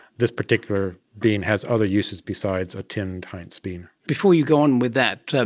this particular bean has other uses besides a tinned heinz bean. before you go on with that,